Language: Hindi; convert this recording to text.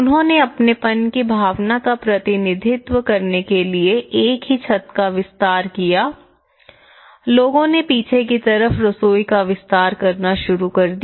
उन्होंने अपनेपन की भावना का प्रतिनिधित्व करने के लिए एक ही छत का विस्तार किया लोगों ने पीछे की तरफ रसोई का विस्तार करना शुरू कर दिया